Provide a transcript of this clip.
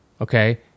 okay